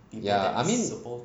ya I mean